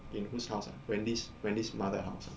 in whose house ah wendy's wendy's mother house